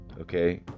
okay